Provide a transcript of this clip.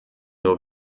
nur